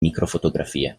microfotografie